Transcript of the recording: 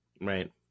Right